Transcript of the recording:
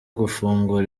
gufungura